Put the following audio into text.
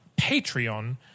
Patreon